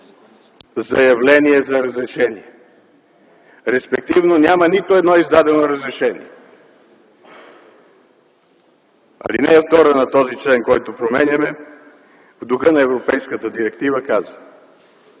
заявление за разрешение, респективно няма нито едно издадено разрешение. Алинея 2 на този член, който променяме в духа на Европейската директива, казва: